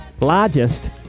largest